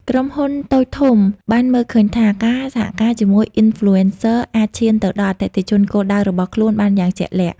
ក្រុមហ៊ុនតូចធំបានមើលឃើញថា ការសហការជាមួយ Influencer អាចឈានទៅដល់អតិថិជនគោលដៅរបស់ខ្លួនបានយ៉ាងជាក់លាក់។